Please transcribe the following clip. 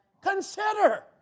Consider